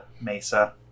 mesa